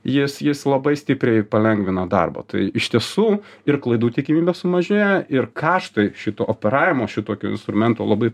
jis jis labai stipriai palengvina darbą tai iš tiesų ir klaidų tikimybė sumažėja ir kaštai šito operavimo šitokio instrumento labai